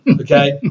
okay